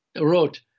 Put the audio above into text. wrote